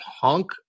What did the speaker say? punk